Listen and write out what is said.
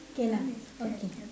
K lah okay